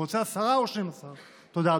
רוצה עשרה או 12. תודה,